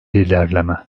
ilerleme